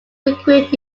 recruit